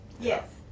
Yes